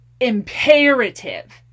imperative